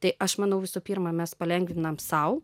tai aš manau visų pirma mes palengvinam sau